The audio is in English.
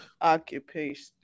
Occupation